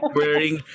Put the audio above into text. wearing